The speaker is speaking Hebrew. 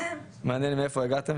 מעניין מאיפה הגעתם,